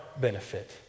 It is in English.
benefit